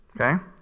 okay